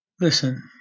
Listen